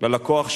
ללקוח שלהם,